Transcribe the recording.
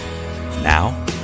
Now